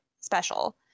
special